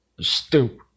stupid